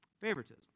Favoritism